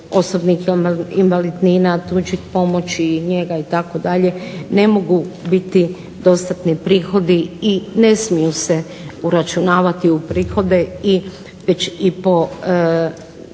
osobnih invalidnina, tuđe pomoći, njega itd. ne mogu biti dostatni prihodi i ne smiju se uračunavati u prihode već i po